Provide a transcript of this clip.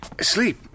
Sleep